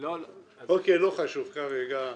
אוקיי, לא חשוב כרגע.